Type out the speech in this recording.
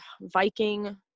Viking